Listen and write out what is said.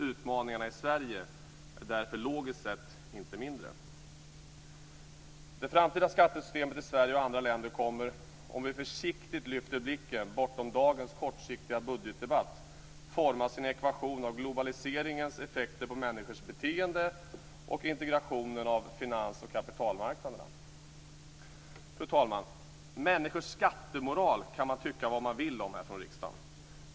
Utmaningarna i Sverige är därför logiskt sett inte mindre. Det framtida skattesystemet i Sverige och i andra länder kommer, om vi försiktigt lyfter blicken bortom dagens kortsiktiga budgetdebatt, forma sin ekvation av globaliseringens effekter på människors beteende och integrationen av finans och kapitalmarknaderna. Fru talman! Människor skattemoral kan man tycka vad man vill om här från riksdagen.